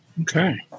Okay